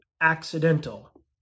Accidental